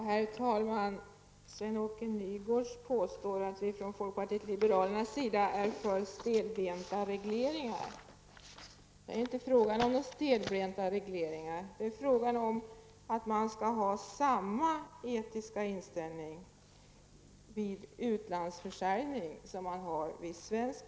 Herr talman! Sven-Åke Nygårds påstår att folkpartiet liberalerna är för stelbenta regleringar. Det är inte fråga om några stelbenta regleringar. Det handlar om att man skall ha samma etiska inställning vid utlandsförsäljning som vid försäljning i Sverige.